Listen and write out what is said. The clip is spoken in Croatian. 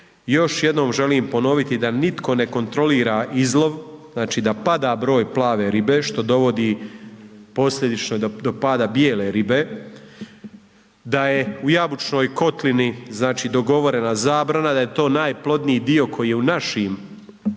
Još jednom želim ponoviti da nitko ne kontrolira izlov, znači, da pada broj plave ribe, što dovodi posljedično do pada bijele ribe, da je u jabučnoj kotlini, znači, dogovorena zabrana, da je to najplodniji dio koji je u našim,